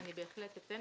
אני בהחלט אתן.